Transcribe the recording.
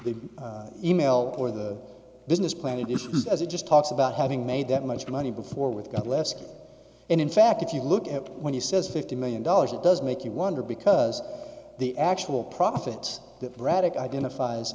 the e mail or the business plan issues as it just talks about having made that much money before with got less and in fact if you look at when he says fifty million dollars it does make you wonder because the actual profits that radek identifies